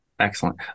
Excellent